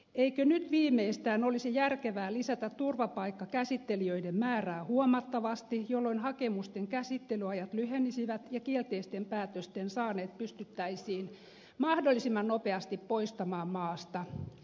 eikö nyt viimeistään olisi järkevää lisätä turvapaikkakäsittelijöiden määrää huomattavasti jolloin hakemusten käsittelyajat lyhenisivät ja kielteisen päätöksen saaneet pystyttäisiin mahdollisimman nopeasti poistamaan maasta